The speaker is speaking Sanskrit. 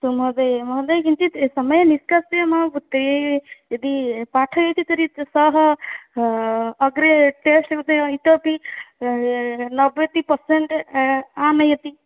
महोदये महोदये किञ्चित् समयं निष्कास्य मम पुत्रीं यदि पाठयति तर्हि सा अग्रे टेस्ट् मध्ये इतोऽपि नवति पर्सेण्ट् आनयति